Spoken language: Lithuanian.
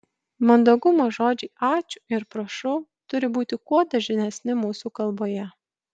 mandagumo žodžiai ačiū ir prašau turi būti kuo dažnesni mūsų kalboje